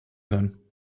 können